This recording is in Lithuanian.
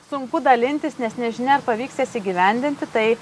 sunku dalintis nes nežinia ar pavyks jas įgyvendinti tai